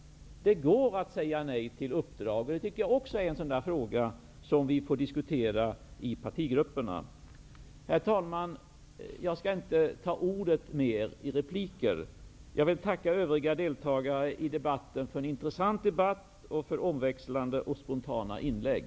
Det går att säga nej till uppdrag. Detta anser jag också vara en sådan fråga som vi får diskutera i partigrupperna. Herr talman! Jag skall inte begära ordet igen. Jag vill tacka övriga deltagare i debatten för en intressant debatt och för omväxlande och spontana inlägg.